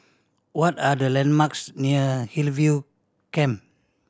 what are the landmarks near Hillview Camp